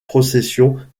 processions